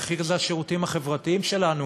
המחיר הוא השירותים החברתיים שלנו,